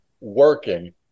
working